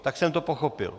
Tak jsem to pochopil.